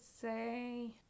say